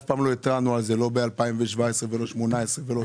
אף פעם לא התרענו על זה לא ב-2017 ולא ב-2018 ולא ב-2019.